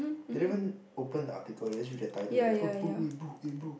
they don't even open the article they just read the title like oh oh eh bro eh bro